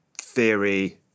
theory